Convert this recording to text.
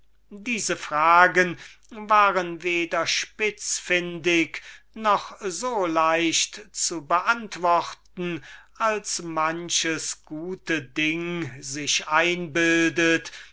diese fragen waren weder spitzfindig noch so leicht zu beantworten als manches gute ding sich einbildet